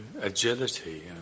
agility